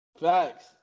Facts